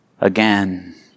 again